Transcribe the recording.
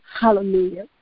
Hallelujah